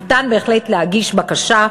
ניתן בהחלט להגיש בקשה,